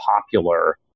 popular